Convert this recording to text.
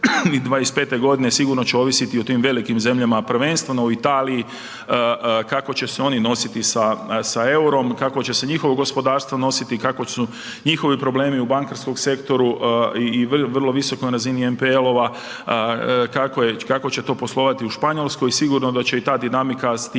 '25. godine sigurno će ovisiti o tim velikim zemljama, prvenstveno o Italiji kako će se oni nositi sa eurom, kako će se njihovo gospodarstvo nositi, kakvi su njihovi problemi u bankarskom sektoru i vrlo visokoj razini NPL-ova kako će to poslovati u Španjolskoj. Sigurno da će i ta dinamika tih